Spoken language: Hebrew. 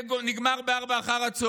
זה נגמר ב-16:00.